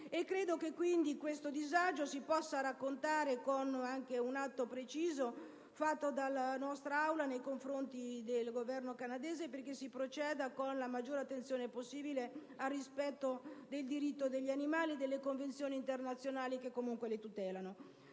quindi che questo disagio si possa raccontare anche con un atto preciso di quest'Assemblea nei confronti del Governo canadese, affinché si proceda con la massima attenzione possibile al rispetto dei diritti degli animali e delle convenzioni internazionali che li tutelano.